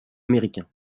américain